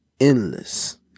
endless